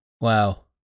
Wow